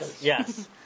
Yes